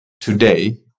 today